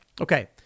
Okay